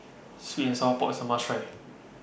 Sweet and Sour Pork IS A must Try